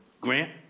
grant